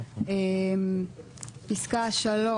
פסקה (3),